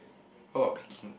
how about picking